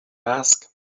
ask